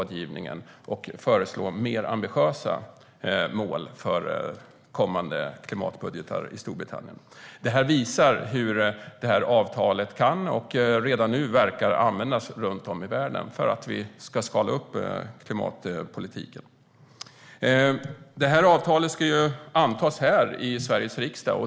De föreslår mer ambitiösa mål för kommande klimatbudgetar i Storbritannien. Det visar hur avtalet kan och redan nu verkar användas runt om i världen för att vrida upp klimatpolitiken. Avtalet ska antas här i Sveriges riksdag.